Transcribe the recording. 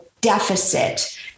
deficit